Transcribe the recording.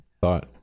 thought